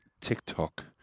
TikTok